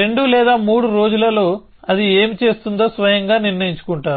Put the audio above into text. రెండు లేదా మూడు రోజులలో అది ఏమి చేస్తుందో స్వయంగా నిర్ణయించుకుంటారు